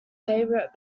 favorite